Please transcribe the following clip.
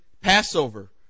Passover